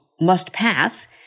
must-pass